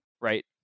right